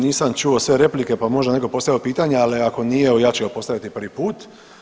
Nisam čuo sve replike pa možda neko postavio pitanje, ali ako nije evo ja ću ga postaviti prvi put.